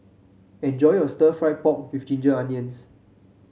enjoy your stir fry pork with Ginger Onions